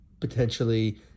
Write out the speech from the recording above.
potentially